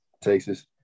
Texas